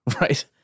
Right